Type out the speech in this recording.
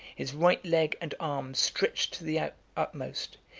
his right leg and arm stretched to the utmost,